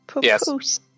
Yes